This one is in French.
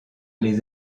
les